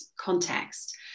context